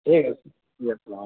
ٹھیک ہے جی السلام